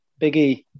biggie